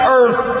earth